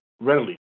readily